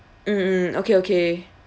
mm mm okay okay